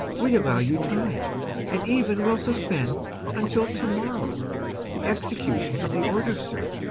we allow you time and even will suspend until to-morrow the execution of the order, sir.